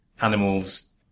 Animals